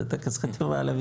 זה טקס חתימה על המתווה.